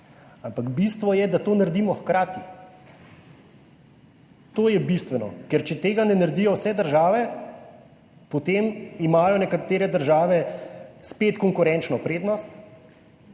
Ampak bistvo je, da to naredimo hkrati. To je bistveno, ker če tega ne naredijo vse države, potem imajo nekatere države spet konkurenčno prednost.